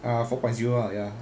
err four point zero lah ya